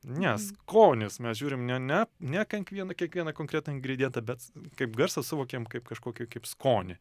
ne skonis mes žiūrim ne ne ne kankvieną kiekvieną konkretų ingridientą bet kaip garsą suvokiam kaip kažkokį kaip skonį